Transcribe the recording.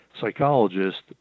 psychologist